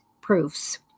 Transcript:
proofs